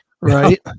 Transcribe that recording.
Right